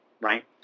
right